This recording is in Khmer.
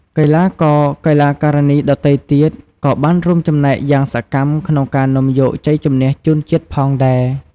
កីឡាករ-កីឡាការិនីដទៃទៀត ក៏បានរួមចំណែកយ៉ាងសកម្មក្នុងការនាំយកជ័យជម្នះជូនជាតិផងដែរ។